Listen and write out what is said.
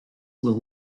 will